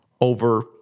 over